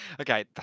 Okay